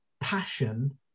passion